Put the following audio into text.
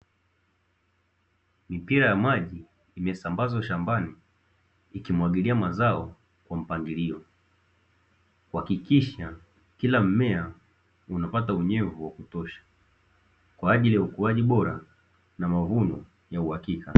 Mipira ya maji imesambazwa shambani ikimwagilia mazao kwa mpangilio, kuhakikisha kila mmea unapata unyevu wa kutosha, kwa ajili ya ukuaji bora na mavuno ya uhakika.